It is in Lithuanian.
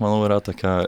manau yra tokia